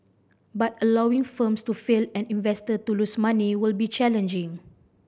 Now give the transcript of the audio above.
but allowing firms to fail and investor to lose money will be challenging